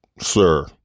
Sir